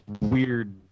weird